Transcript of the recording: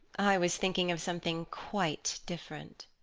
i was thinking of something quite different.